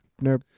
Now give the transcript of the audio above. No